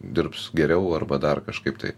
dirbs geriau arba dar kažkaip tai